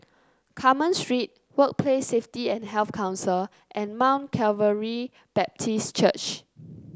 Carmen Street Workplace Safety and Health Council and Mount Calvary Baptist Church